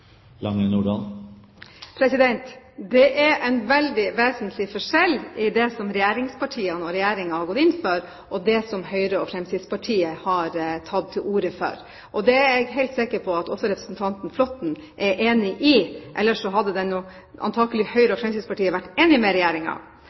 Det er en veldig vesentlig forskjell mellom det som regjeringspartiene og Regjeringen har gått inn for, og det som Høyre og Fremskrittspartiet har tatt til orde for. Det er jeg helt sikker på at også representanten Flåtten er enig i. Ellers hadde